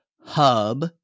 hub